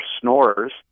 snorers